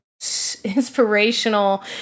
inspirational